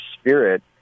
spirit